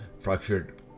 Fractured